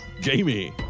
Jamie